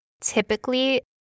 typically